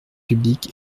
publique